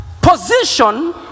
position